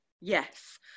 Yes